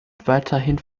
weiterhin